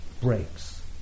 breaks